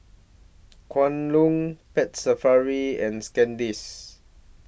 Kwan Loong Pet Safari and